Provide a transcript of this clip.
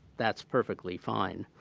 that's perfectly fine.